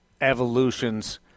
evolutions